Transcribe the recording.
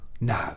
No